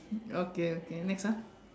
okay okay next one